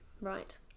Right